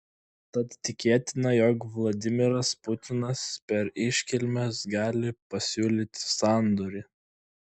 tad tikėtina jog vladimiras putinas per iškilmes gali pasiūlyti sandorį